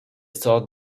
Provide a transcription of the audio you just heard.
thought